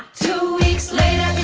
two weeks later,